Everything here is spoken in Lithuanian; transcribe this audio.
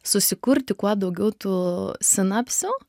susikurti kuo daugiau tų sinapsių